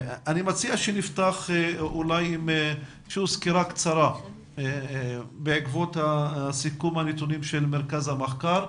אני מציע שנפתח עם סקירה קצרה בעקבות סיכום הנתונים של מרכז המחקר,